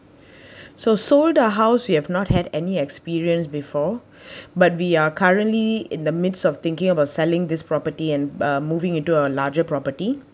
so sold the house we have not had any experience before but we are currently in the midst of thinking about selling this property and uh moving into a larger property